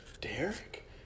Derek